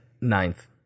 ninth